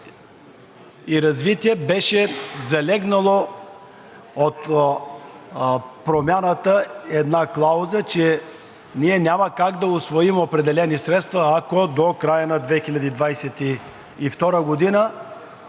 и развитие беше залегнала от Промяната една клауза, че ние няма как да усвоим определени средства, ако до края на 2022 г. не